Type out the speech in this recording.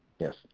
Yes